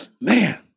Man